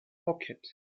pocket